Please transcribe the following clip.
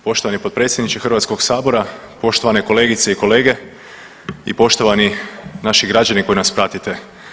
Poštovani potpredsjedniče Hrvatskog sabora, poštovane kolegice i kolege i poštovani naši građani koji nas pratite.